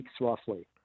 roughly